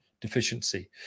deficiency